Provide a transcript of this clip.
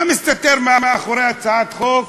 מה מסתתר מאחורי הצעת חוק